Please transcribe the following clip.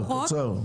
קצר.